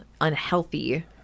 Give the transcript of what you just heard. unhealthy